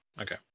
okay